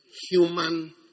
human